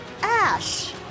Ash